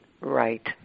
right